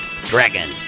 Dragon